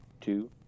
two